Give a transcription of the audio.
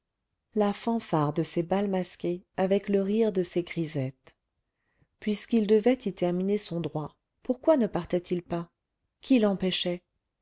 la fanfare de ses bals masqués avec le rire de ses grisettes puisqu'il devait y terminer son droit pourquoi ne partait il pas qui l'empêchait